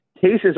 Cases